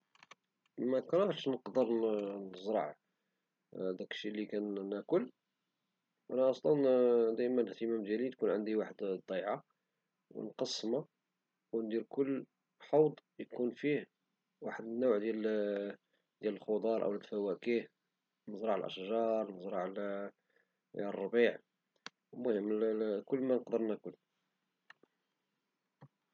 منكرهش نقدر نزرع ديكشي لي كناكل، وأنا أصلا دايما الاهتمام تكون عندي واحد الضيعة نقسمها وندير كل حوض يكون فيه واحد النوع ديال الخض أو الفواكه ونزرع الأشجار والربيع، المهم كل منقدر ناكل